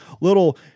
little